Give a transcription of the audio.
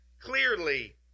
clearly